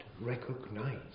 recognize